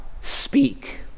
speak